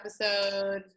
episode